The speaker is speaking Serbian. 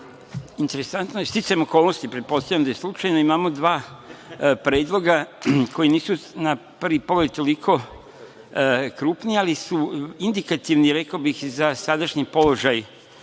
Interesantno je, sticanjem okolnosti, pretpostavljam da je slučajno, imamo dva predloga koji nisu na prvi pogled toliko krupni, ali su indikativni, rekao bih za sadašnji položaj